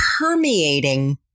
permeating